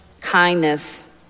kindness